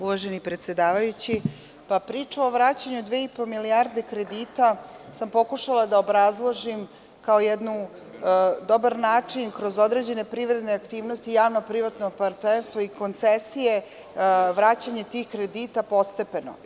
Uvaženi predsedavajući, priču o vraćanju dve i po milijarde kredita sam pokušala da je obrazložim kao jedan dobar način da kroz određene privredne aktivnosti, javno privatno partnerstvo i koncesije vraćanje tih kredita postepeno.